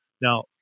Now